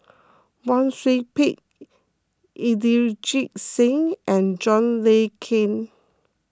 Wang Sui Pick Inderjit Singh and John Le Cain